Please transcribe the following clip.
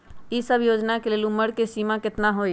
ई सब योजना के लेल उमर के सीमा केतना हई?